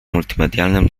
multimedialnym